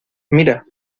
mira